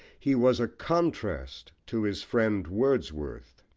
he was a contrast to his friend wordsworth.